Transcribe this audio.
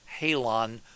Halon